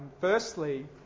firstly